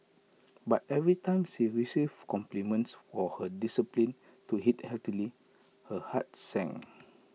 but every time she received compliments for her discipline to eat healthily her heart sank